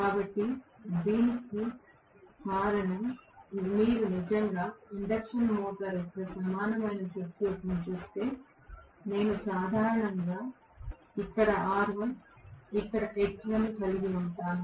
కాబట్టి దీనికి కారణం మీరు నిజంగా ఇండక్షన్ మోటారు యొక్క సమానమైన సర్క్యూట్ను చూస్తే నేను సాధారణంగా ఇక్కడ R1 ఇక్కడ X1 కలిగి ఉన్నాను